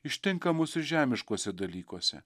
ištinka mus ir žemiškuose dalykuose